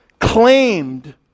Claimed